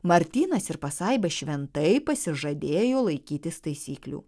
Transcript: martynas ir pasaiba šventai pasižadėjo laikytis taisyklių